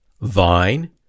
Vine